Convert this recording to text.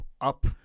up